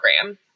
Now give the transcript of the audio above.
program